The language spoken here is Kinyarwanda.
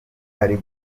ari